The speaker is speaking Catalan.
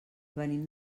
venim